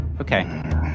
Okay